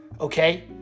Okay